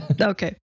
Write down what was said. Okay